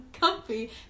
comfy